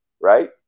right